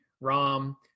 rom